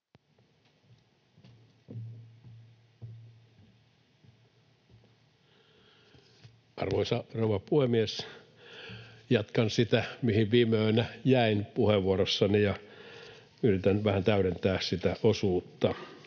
Arvoisa rouva puhemies! Jatkan sitä, mihin viime yönä jäin puheenvuorossani, ja yritän vähän täydentää sitä osuutta.